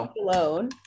alone